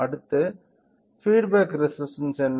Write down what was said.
அடுத்து feedback resistance என்ன